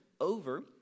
over